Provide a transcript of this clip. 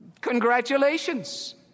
congratulations